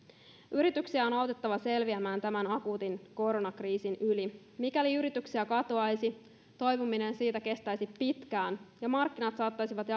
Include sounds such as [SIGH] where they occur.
yrityksiä on on autettava selviämään tämän akuutin koronakriisin yli mikäli yrityksiä katoaisi toipuminen siitä kestäisi pitkään ja markkinat saattaisivat [UNINTELLIGIBLE]